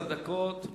לרשותך עשר דקות.